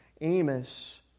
Amos